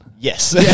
Yes